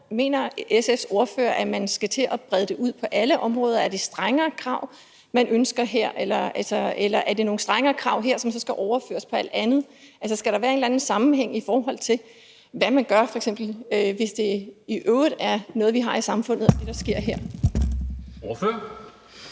Mener SF's ordfører, at man skal til at brede det ud på alle områder? Er det strengere krav, man ønsker her? Eller er det nogle strengere krav her, som så skal overføres på alt andet? Altså, skal der være en eller anden sammenhæng, i forhold til hvad man f.eks. gør, hvis det, der sker her, i øvrigt er noget, vi har i samfundet? Kl. 14:10 Formanden